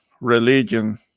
religion